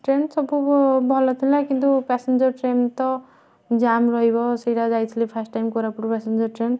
train ସବୁ ଭଲ ଥିଲା କିନ୍ତୁ ପ୍ୟାସେଞ୍ଜର୍ ଟ୍ରେନ୍ ତ ଜାମ୍ ରହିବ ସେଇଟା ଯାଇଥିଲି first time Koraput passenger train